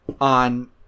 on